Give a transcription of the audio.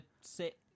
sit